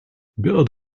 build